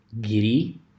giddy